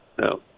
No